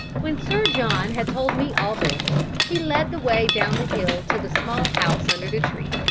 when sir john had told me all this, he led the way down the hill to the small house under the tree.